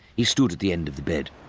he stood at the end of the bed,